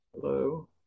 Hello